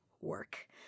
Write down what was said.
work